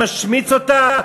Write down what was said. משמיץ אותה?